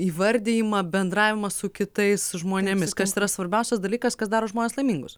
įvardijimą bendravimą su kitais žmonėmis kas yra svarbiausias dalykas kas daro žmones laimingus